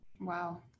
Wow